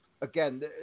again